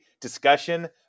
discussion